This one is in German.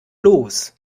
los